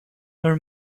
nor